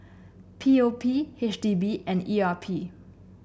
P O P H D B and E R P